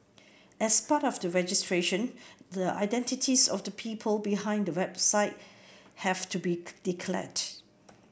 as part of the registration the identities of the people behind the website have to be declared